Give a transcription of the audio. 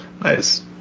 nice